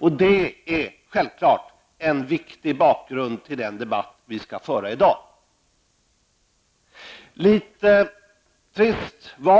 Detta är självfallet en viktig bakgrund till den debatt som vi skall föra i dag.